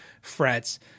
frets